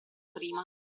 prima